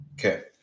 Okay